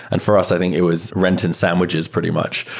and for us, i think it was rent and sandwiches pretty much.